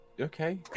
okay